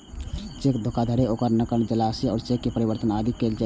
cheque धोखाधड़ी मे ओकर नकल, जालसाजी आ चेक मे परिवर्तन आदि कैल जाइ छै